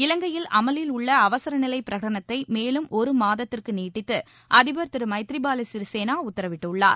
இவங்கையில் அமலில் உள்ள அவசர நிலை பிரகடனத்தை மேலும் ஒரு மாதத்திற்கு நீட்டித்து அதிபர் திரு மைத்ரிபால சிறிசேனா உத்தரவிட்டுள்ளார்